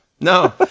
no